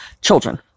children